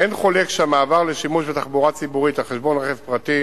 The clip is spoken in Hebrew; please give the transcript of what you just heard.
אין חולק שהמעבר לשימוש בתחבורה הציבורית על חשבון רכב פרטי